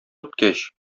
үткәч